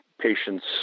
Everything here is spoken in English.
patient's